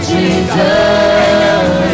Jesus